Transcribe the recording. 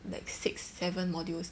like six seven modules